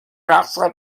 casa